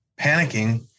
panicking